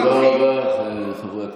תודה רבה לכם, חברי הכנסת.